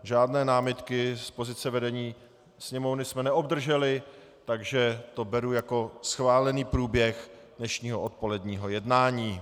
Žádné námitky z pozice vedení Sněmovny jsme neobdrželi, takže to beru jako schválený průběh dnešního odpoledního jednání.